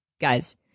guys